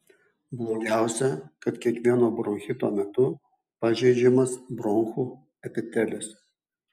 blogiausia kad kiekvieno bronchito metu pažeidžiamas bronchų epitelis